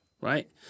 right